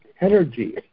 energy